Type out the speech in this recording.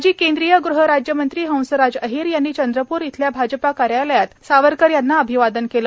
माजी केंद्रीय गृहराज्यमंत्री हंसराज अहीर यांनी चंद्रपूर येथील भाजपा कार्यालयात सावरकर यांना अभिवादन केले